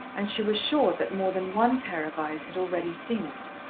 and she was sure that more than one pair of eyes had already seen it.